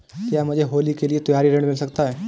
क्या मुझे होली के लिए त्यौहारी ऋण मिल सकता है?